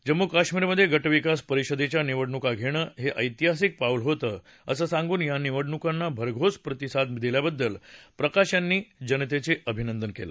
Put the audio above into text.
जम्मू काश्मीरमध्ये गटविकास परिषदेच्या निवडणुका घेणं हे ऐतिहासिक पाऊल होतं असं सांगून या निवडणुकांना भरघोस प्रतिसाद दिल्याबद्दल प्रकाश यांनी जनतेचं अभिनंदन केलं